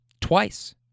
twice